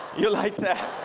yeah like that